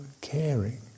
Caring